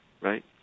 right